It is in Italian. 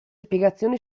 spiegazioni